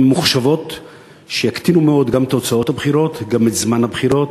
ממוחשבות שיקטינו מאוד גם את הוצאות הבחירות וגם את זמן הבחירות,